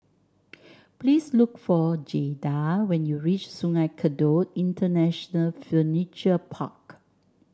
please look for Jayda when you reach Sungei Kadut International Furniture Park